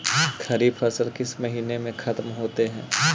खरिफ फसल किस महीने में ख़त्म होते हैं?